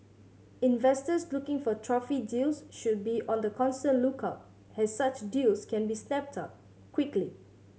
investors looking for trophy deals should be on the constant lookout as such deals can be snapped up quickly